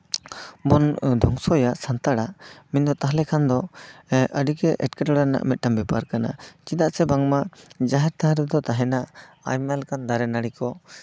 ᱫᱷᱚᱝᱥᱚᱭᱟ ᱥᱟᱱᱛᱟᱲᱟᱜ ᱢᱮᱱᱫᱟ ᱛᱟᱦᱚᱞᱮ ᱠᱷᱟᱱ ᱫᱚ ᱮᱜ ᱟᱹᱰᱤᱜᱮ ᱮᱴᱠᱮᱴᱚᱲᱮ ᱨᱮᱱᱟᱜ ᱵᱮᱯᱟᱨ ᱠᱟᱱᱟ ᱪᱮᱫᱟᱜ ᱥᱮ ᱵᱟᱝᱢᱟ ᱡᱟᱦᱮᱨ ᱛᱷᱟᱱ ᱨᱮᱫᱚ ᱛᱟᱦᱮᱱᱟ ᱟᱭᱢᱟ ᱞᱮᱠᱟᱱ ᱫᱟᱨᱮ ᱱᱟᱹᱲᱤ ᱠᱚ